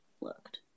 looked